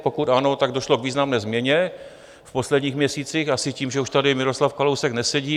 Pokud ano, tak došlo k významné změně v posledních měsících asi tím, že už tady Miroslav Kalousek nesedí.